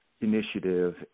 initiative